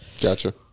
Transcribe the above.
Gotcha